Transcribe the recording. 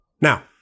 Now